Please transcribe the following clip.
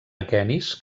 aquenis